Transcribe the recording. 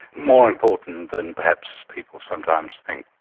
more important than perhaps people sometimes think.